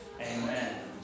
Amen